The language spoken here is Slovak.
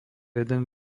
jeden